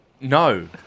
no